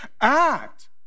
Act